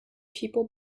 people